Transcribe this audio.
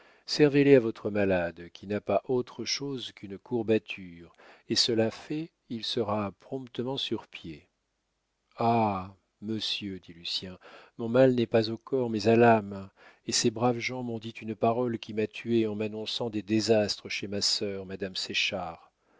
servez les à votre malade qui n'a pas autre chose qu'une courbature et cela fait il sera promptement sur pied ah monsieur dit lucien mon mal n'est pas au corps mais à l'âme et ces braves gens m'ont dit une parole qui m'a tué en m'annonçant des désastres chez ma sœur madame